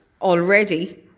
already